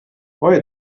why